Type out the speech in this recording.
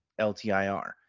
ltir